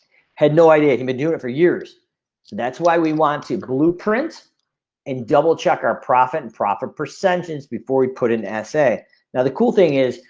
had no idea he's been doing it for years. so that's why we want to blueprint and double check our profit and profit sentence before we put an essay now. the cool thing is.